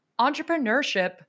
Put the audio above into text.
entrepreneurship